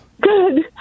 Good